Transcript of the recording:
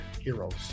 heroes